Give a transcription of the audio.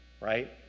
right